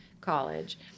college